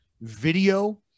video